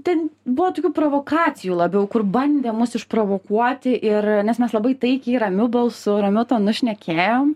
ten buvo tokių provokacijų labiau kur bandė mus išprovokuoti ir nes mes labai taikiai ramiu balsu ramiu tonu šnekėjom